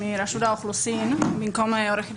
פרטוש, בבקשה.